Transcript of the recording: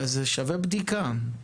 זה שווה בדיקה.